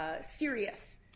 serious